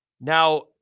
Now